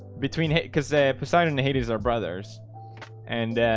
between hit cuz they're poseidon and hades are brothers and